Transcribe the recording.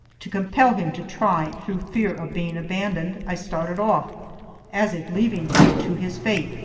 to compel him to try through fear of being abandoned, i started off as if leaving him to his fate,